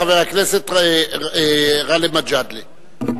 חבר הכנסת גאלב מג'אדלה.